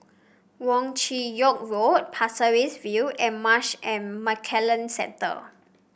Wong Chin Yoke Road Pasir Ris View and Marsh and McLennan Centre